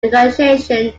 negotiation